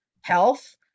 health